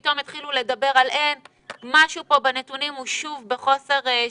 פתאום התחילו לדבר על N. משהו פה בנתונים הוא שוב בחוסר שקיפות,